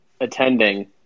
attending